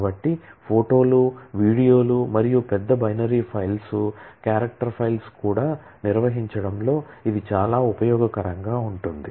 కాబట్టి ఫోటోలు వీడియోలు మరియు పెద్ద బైనరీ ఫైల్స్ క్యారెక్టర్ ఫైల్స్ కూడా నిర్వహించడంలో ఇది చాలా ఉపయోగకరంగా ఉంటుంది